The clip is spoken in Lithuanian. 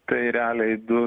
tai realiai du